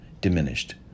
diminished